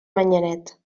manyanet